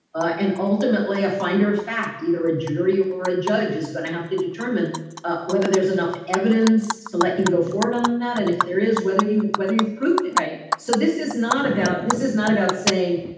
and ultimately, a finder of fact, either a jury ah or a judge is going to have to determine ah whether there's enough evidence to let you go forward on and that. and if there is, whether you whether you've proved it right. so this is not about. this is not about saying,